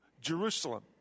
Jerusalem